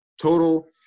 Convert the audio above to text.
Total –